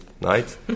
night